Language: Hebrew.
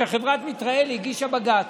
חברת מיטראל הגישה בג"ץ,